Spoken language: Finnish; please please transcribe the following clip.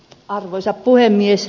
arvoisa puhemies